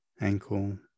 ankle